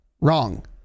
Wrong